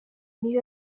mibi